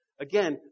Again